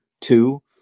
two